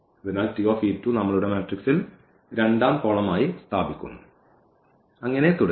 അതിനാൽ നമ്മളുടെ മാട്രിക്സിൽ രണ്ടാം കോളം ആയി സ്ഥാപിക്കുന്നു അങ്ങനെ തുടരുന്നു